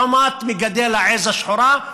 לעומת מגדל העז השחורה,